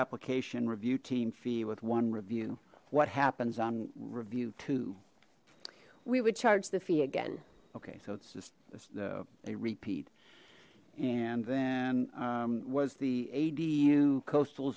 application review team fee with one review what happens on review two we would charge the fee again okay so it's just a repeat and then was the ad you coastal